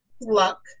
luck